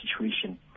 situation